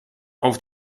auf